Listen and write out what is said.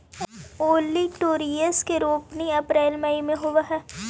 olitorius के रोपनी अप्रेल मई में होवऽ हई